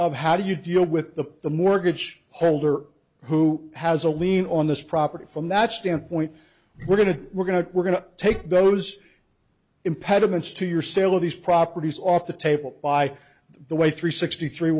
of how do you deal with the the mortgage holder who has a lien on this property from that standpoint we're going to we're going to we're going to take those impediments to your sale of these properties off the table by the way three sixty three